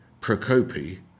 Procopi